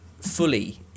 fully